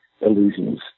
illusions